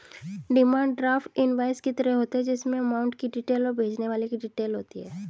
demand draft invoice की तरह होता है जिसमे अमाउंट की डिटेल और भेजने वाले की डिटेल होती है